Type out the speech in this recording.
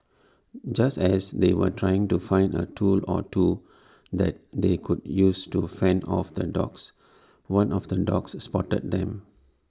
just as they were trying to find A tool or two that they could use to fend off the dogs one of the dogs spotted them